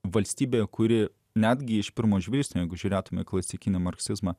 valstybė kuri netgi iš pirmo žvilgsnio jeigu žiūrėtumėme klasikinę marksizmą